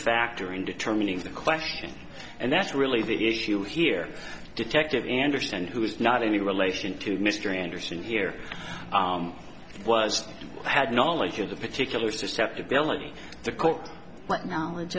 factor in determining the question and that's really the issue here detective anderson who is not any relation to mr anderson here was had knowledge of the particular susceptibility the court right now